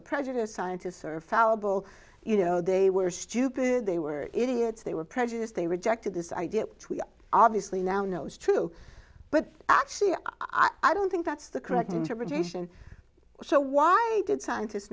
are prejudiced scientists are fallible you know they were stupid they were idiots they were prejudiced they rejected this idea obviously now know it's true but actually i don't think that's the correct interpretation so why did scientist